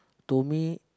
to me